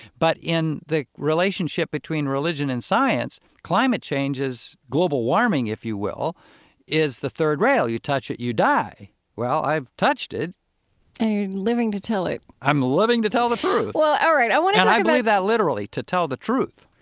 but in the relationship between religion and science, climate change is global warming, if you will is the third rail, you touch it, you die well, i've touched it and you're living to tell it i'm living to tell the truth well, all right. i want to talk about, and i believe that literally, to tell the truth.